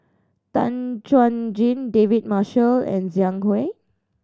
Tan Chuan Jin David Marshall and Zhang Hui